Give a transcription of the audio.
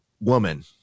woman